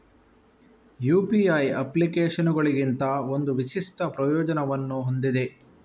UPI ಅಪ್ಲಿಕೇಶನುಗಳಿಗಿಂತ ಒಂದು ವಿಶಿಷ್ಟ ಪ್ರಯೋಜನವನ್ನು ಹೊಂದಿದೆ